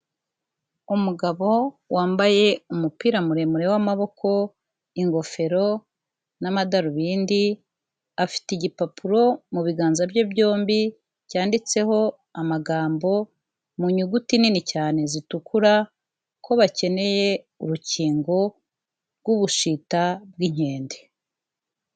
Umugabo wambaye umupira muremure w'amaboko, ingofero n'amadarubindi. Afite igipapuro mubi biganza bye byombi cyanditseho amagambo mu nyuguti nini cyane zitukura ko bakeneye urukingo rw'ubushita bw'inkende.